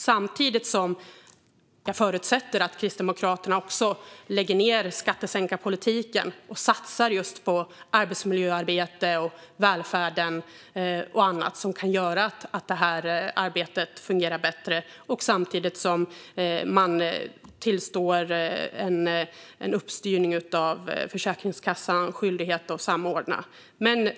Jag förutsätter att Kristdemokraterna lägger ned skattesänkarpolitiken och satsar på arbetsmiljöarbete, välfärd och annat som kan göra att arbetet fungerar bättre och samtidigt tillstyrker en uppstyrning av Försäkringskassans skyldighet att samordna.